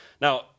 Now